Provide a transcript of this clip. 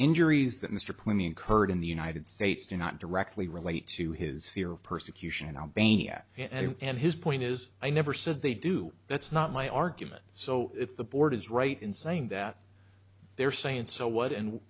injuries that mr clooney incurred in the united states do not directly relate to his fear of persecution in albania and his point is i never said they do that's not my argument so if the board is right in saying that they're saying so what and